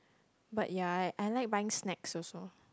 but ya I I like buying snacks also